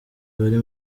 bari